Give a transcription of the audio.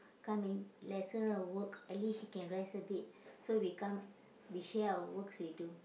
come and lessen the work at least she can rest a bit so we come we share our works we do